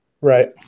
Right